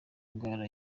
indwara